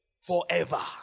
Forever